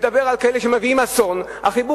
מדבר על כאלה שמביאים אסון.